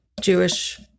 Jewish